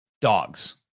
dogs